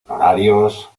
honorarios